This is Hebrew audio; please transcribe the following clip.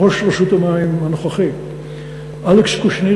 ראש רשות המים הנוכחי אלכס קושניר,